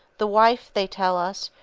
the wife, they tell us,